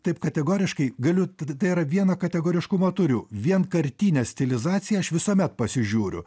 taip kategoriškai galiu tai yra viena kategoriškumo turiu vienkartinę stilizaciją aš visuomet pasižiūriu